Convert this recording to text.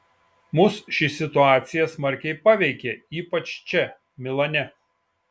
mus ši situacija smarkiai paveikė ypač čia milane